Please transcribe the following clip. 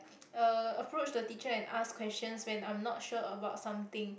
uh approach the teacher and ask questions when I am not sure about something